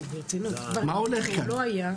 מה הולך כאן.